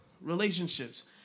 relationships